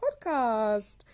podcast